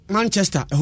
Manchester